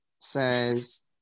says